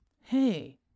hey